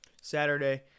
Saturday